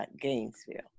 Gainesville